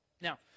Now